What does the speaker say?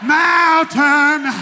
mountain